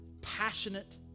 passionate